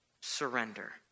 surrender